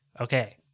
Okay